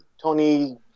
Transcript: Tony